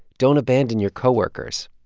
don't abandon your co-workers.